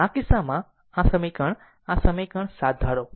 તેથી આ કિસ્સામાં આ સમીકરણ આ સમીકરણ 7 ધારો